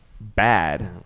bad